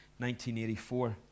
1984